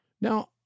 Now